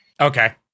Okay